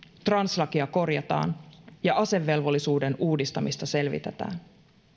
translakia korjataan ja asevelvollisuuden uudistamista selvitetään